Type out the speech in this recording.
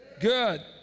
good